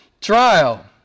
trial